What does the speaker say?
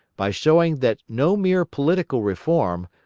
by showing that no mere political reform,